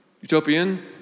Utopian